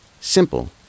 Simple